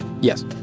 Yes